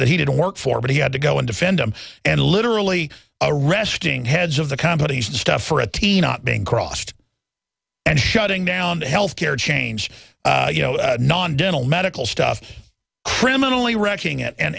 that he didn't work for but he had to go and defend them and literally arresting heads of the companies and stuff for a teen up being crossed and shutting down the health care change you know non dental medical stuff criminally wrecking it and